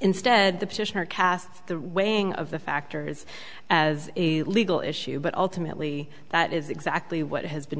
instead the petitioner casts the weighing of the factors as a legal issue but ultimately that is exactly what has been